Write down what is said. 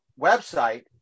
website